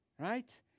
right